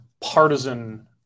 partisan